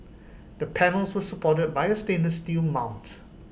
the panels were supported by A stainless steel mount